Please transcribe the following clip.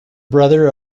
brother